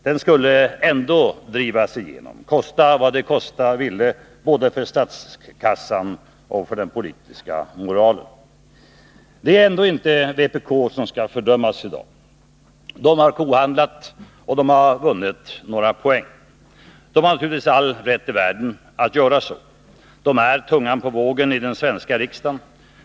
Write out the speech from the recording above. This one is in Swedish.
Den skulle ändå drivas igenom, kosta vad det kosta ville både för statskassan och för den politiska moralen. Det är ändå inte vpk som skall fördömas i dag. De har kohandlat och vunnit några poäng. De har naturligtvis all rätt i världen att göra så. De är tungan på vågen i den svenska riksdagen.